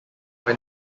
when